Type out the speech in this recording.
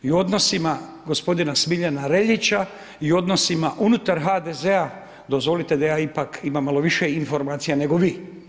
I odnosima gospodina Smiljana Reljića i odnosima unutar HDZ-a dozvolite da ja ipak imam malo više informacija nego vi.